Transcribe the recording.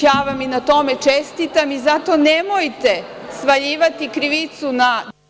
Ja vam i na tome čestitam, i zato nemojte svaljivati krivicu na